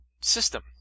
system